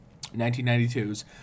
1992's